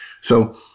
So-